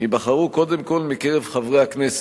ייבחרו קודם כול מקרב חברי הכנסת,